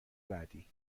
بعدی